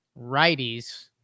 righties